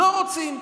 לא רוצים.